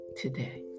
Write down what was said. today